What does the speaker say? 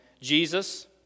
Jesus